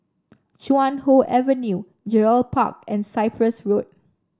Chuan Hoe Avenue Gerald Park and Cyprus Road